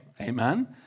Amen